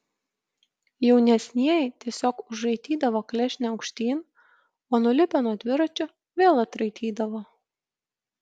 jaunesnieji tiesiog užraitydavo klešnę aukštyn o nulipę nuo dviračio vėl atraitydavo